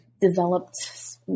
developed